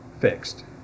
fixed